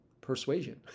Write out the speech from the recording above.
persuasion